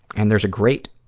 and there's a great,